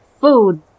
food